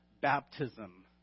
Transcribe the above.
baptism